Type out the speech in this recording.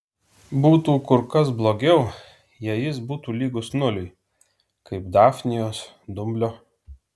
būtų kur kas blogiau jei jis būtų lygus nuliui kaip dafnijos dumblio